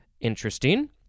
Interesting